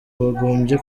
bagombye